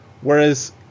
Whereas